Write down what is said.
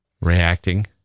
reacting